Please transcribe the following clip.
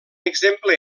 exemple